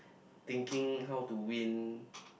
thinking how to win